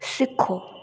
सिक्खो